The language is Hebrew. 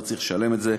הוא לא צריך לשלם את זה.